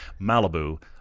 Malibu